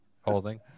holding